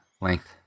length